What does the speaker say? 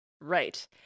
right